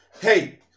hey